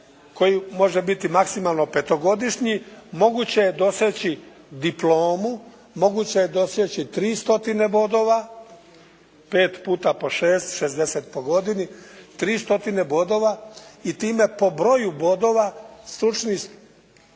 koji može biti maksimalno petogodišnji moguće je doseći diplomu, moguće je doseći 3 stotine bodova, 5 puta po 6, 60 po godini, 3 stotine bodova i time po broju bodova stručni,